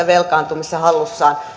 velkaantumisessa